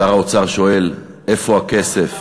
שר האוצר שואל: איפה הכסף?